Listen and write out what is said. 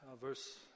verse